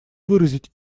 выразить